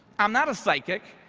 i'm not a psychic,